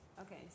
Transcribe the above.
Okay